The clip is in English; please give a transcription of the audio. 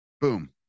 Boom